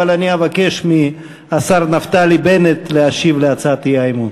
אבל אני אבקש מהשר נפתלי בנט להשיב על הצעת האי-אמון.